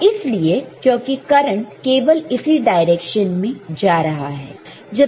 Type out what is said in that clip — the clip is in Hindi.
वह इसलिए क्योंकि करंट केवल इसी डायरेक्शन में जा रहा है